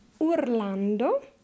Urlando